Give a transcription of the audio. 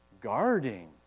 Guarding